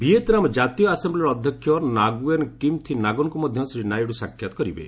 Vietnam ଜାତୀୟ ଆସେମ୍ବିର ଅଧ୍ୟକ୍ଷ ନାଗୁଏନ୍ ନିମ୍ଥି ନାଗନଙ୍କୁ ମଧ୍ୟ ଶ୍ରୀ ନାଇଡୁ ସାକ୍ଷାତ କରିବେ